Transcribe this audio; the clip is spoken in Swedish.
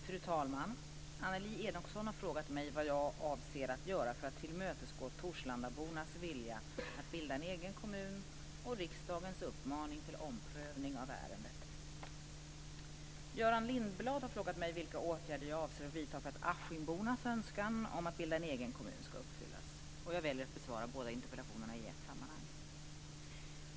Fru talman! Annelie Enochson har frågat mig vad jag avser att göra för att tillmötesgå torslandabornas vilja att bilda en egen kommun och riksdagens uppmaning till omprövning av ärendet. Göran Lindblad har frågat mig vilka åtgärder jag avser att vidta för att askimbornas önskan om att bilda en egen kommun ska uppfyllas. Jag väljer att besvara båda interpellationerna i ett sammanhang.